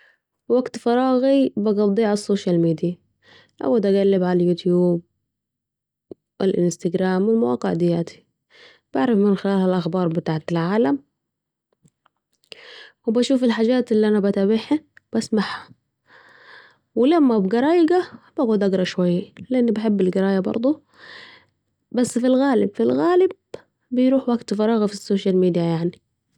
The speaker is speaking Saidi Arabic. قت فراغي بقضيه علي السوشيال ميديا أقعد اقلب علي اليوتيوب و الانستجرام المواقع دياتي، بعرف من خلالها الاخبار بتاعت العالمو بشوف الحجات الي أنا بتابعها بسمعها لما أبقي رايقه بقعد اقري شوية ، لاني بحب القرايه بردوا بس في الغالب في الغالب بيروح وقت فراغي في السوشيال ميديا يعني